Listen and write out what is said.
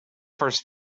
first